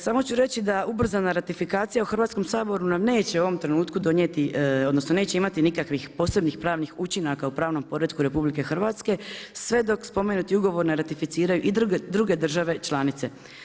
Samo ću reći da ubrzana ratifikacija u Hrvatskom saboru nam neće u ovom trenutku donijeti, odnosno neće imati nikakvih posebnih pravnih učinaka u pravnom poretku RH, sve dok spomenuti ugovor ne ratificiraju i druge države članice.